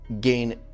gain